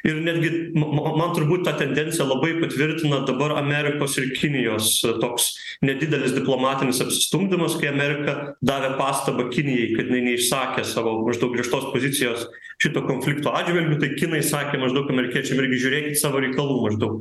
ir netgi ma ma man turbūt tą tendenciją labai tvirtina dabar amerikos ir kinijos toks nedidelis diplomatinis apsistumdymas kai amerika davė pastabą kinijai kad jinai neišsakė savo maždaug griežtos pozicijos šito konflikto atžvilgiu tai kinai sakė maždaug amerikiečiam irgi žiūrėkit savo reikalų maždaug